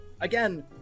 again